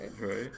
right